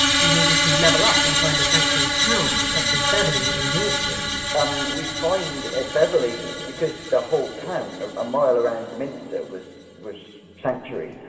you needed to level up and find a sanctuary town, such as beverley in yorkshire um we find at beverley, because the whole town a mile around the minster was was sanctuary,